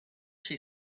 she